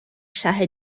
شهر